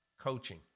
Coaching